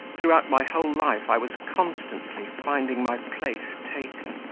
throughout my whole life i was constantly finding my place taken,